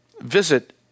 visit